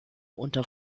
unter